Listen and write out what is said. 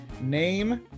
name